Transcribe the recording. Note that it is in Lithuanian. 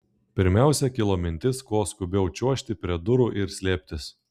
pirmiausia kilo mintis kuo skubiau čiuožti prie durų ir slėptis